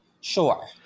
Sure